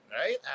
Right